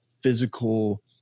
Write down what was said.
physical